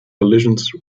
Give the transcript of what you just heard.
collisions